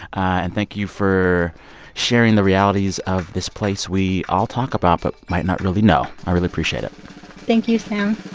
and thank you for sharing the realities of this place we all talk about but might not really know. i really appreciate it thank you, sam